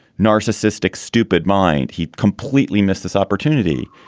narcissistic, stupid mind. he completely missed this opportunity.